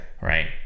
Right